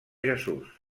jesús